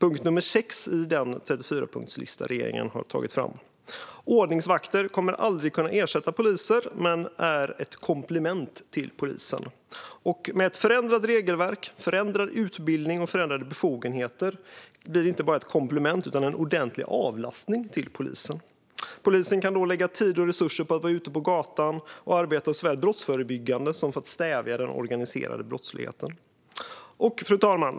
Det är punkt nr 6 i den 34-punktslista som regeringen tagit fram. Ordningsvakter kommer aldrig att kunna ersätta polisen men är ett komplement till polisen. Med ett förändrat regelverk, förändrad utbildning och förändrade befogenheter blir de inte bara ett komplement utan en ordentlig avlastning för polisen. Polisen kan då lägga tid och resurser på att vara ute på gatan och arbeta såväl brottsförebyggande som för att stävja den organiserade brottsligheten. Fru talman!